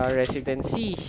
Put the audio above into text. residency